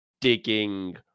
Digging